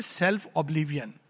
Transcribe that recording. self-oblivion